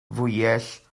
fwyell